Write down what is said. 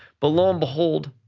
but lo and behold,